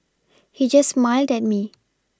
he just smiled at me